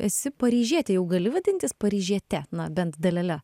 esi paryžietė jau gali vadintis paryžiete na bent dalele